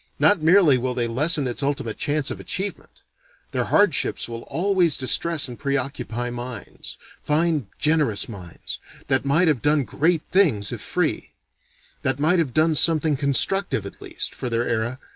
not merely will they lessen its ultimate chance of achievement their hardships will always distress and preoccupy minds fine, generous minds that might have done great things if free that might have done something constructive at least, for their era,